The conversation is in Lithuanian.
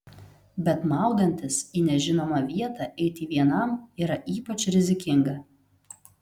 bet maudantis į nežinomą vietą eiti vienam yra ypač rizikinga